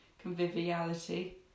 conviviality